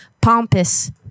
pompous